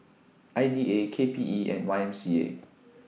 I D A K P E and Y M C A